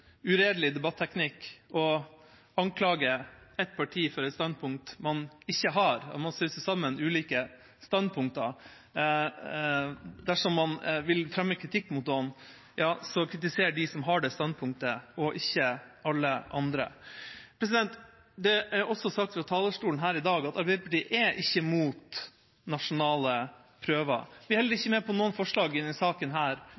debatteknikk å anklage et parti for et standpunkt de ikke har, og å sause sammen ulike standpunkter. Dersom man vil fremme kritikk mot noen, bør man kritisere dem som har det standpunktet, og ikke alle andre. Det er også sagt fra talerstolen her i dag at Arbeiderpartiet ikke er imot nasjonale prøver. Vi er heller